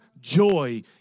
joy